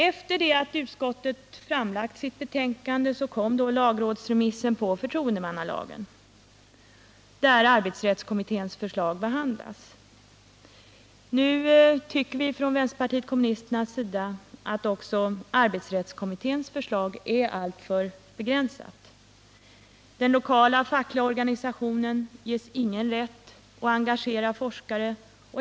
Efter det att utskottet framlagt sitt betänkande kom lagrådsremissen på förtroendemannalagen, där arbetsrättskommitténs förslag behandlas. Nu tycker vi i vpk att också arbetsrättskommitténs förslag är alltför begränsat — den lokala fackliga organisationen ges t.ex. ingen rätt att engagera forskare.